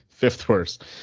fifth-worst